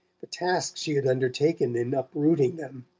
the task she had undertaken in uprooting them.